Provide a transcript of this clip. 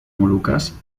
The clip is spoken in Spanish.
molucas